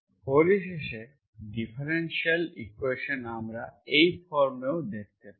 পরিশেষে differential equation আমরা এই ফর্মেও দেখতে পারি